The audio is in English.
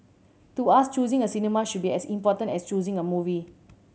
to us choosing a cinema should be as important as choosing a movie